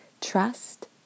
trust